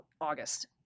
August